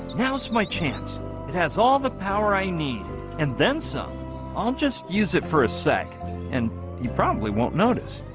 now's my chance it has all the power i need and then some i'll just use it for a sec and you probably won't notice